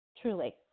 truly